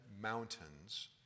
mountains